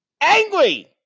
angry